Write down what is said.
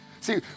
See